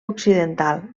occidental